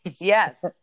Yes